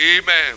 Amen